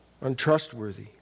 untrustworthy